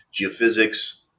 Geophysics